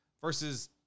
versus